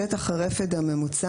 שטח הרפד הממוצע,